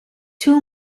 two